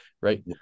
right